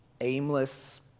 aimless